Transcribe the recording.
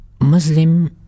Muslim